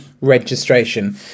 registration